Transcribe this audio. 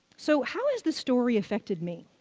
so, how has this story affected me?